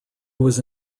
was